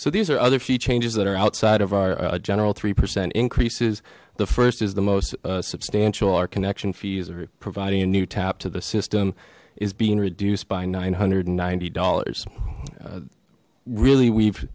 so these are other few changes that are outside of our general three percent increases the first is the most substantial our connection fees are providing a new tap to the system is being reduced by nine hundred and ninety dollars really we've